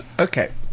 Okay